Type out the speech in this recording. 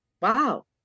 Wow